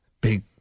big